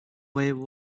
wave